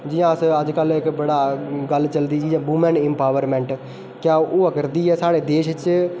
जि'यां अस अज्ज कल इक बड़ा गल्ल चलदी जि'यां वूमेन एम्पावरमेंट क्या होआ करदी ऐ साढ़े देश च